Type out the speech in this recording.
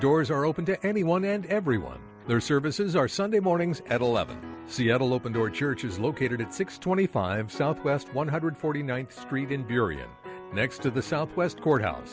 doors are open to anyone and everyone their services are sunday mornings at eleven seattle open door church is located at six twenty five south west one hundred forty ninth street in period next to the southwest courthouse